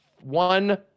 one